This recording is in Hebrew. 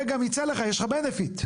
וגם ייצא לך, יש לך benefit.